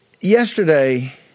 Yesterday